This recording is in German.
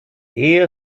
ehe